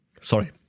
Sorry